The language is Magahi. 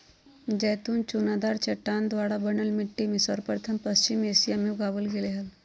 जैतून चुनादार चट्टान द्वारा बनल मिट्टी में सर्वप्रथम पश्चिम एशिया मे उगावल गेल हल